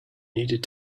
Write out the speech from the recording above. needed